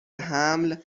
حمل